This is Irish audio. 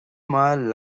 maith